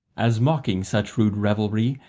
as mocking such rude revelry,